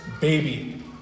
baby